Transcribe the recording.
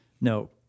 no